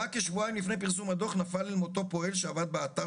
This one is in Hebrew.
רק כשבועיים לפני פרסום הדו"ח נפל למותו פועל שעבד באתר